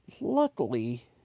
Luckily